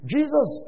Jesus